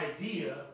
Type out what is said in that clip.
idea